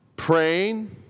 Praying